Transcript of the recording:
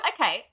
okay